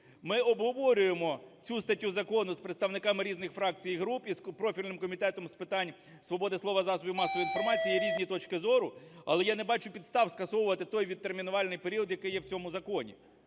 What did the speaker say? Ми обговорюємо цю статтю закону з представниками різних фракцій і груп, і з профільним Комітетом з питань свободи слова і засобів масової інформації. Є різні точки зору, але я не бачу підстав скасовувати тойвідтермінувальний період, який є в цьому законі.